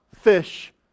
fish